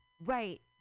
Right